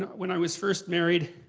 when i was first married,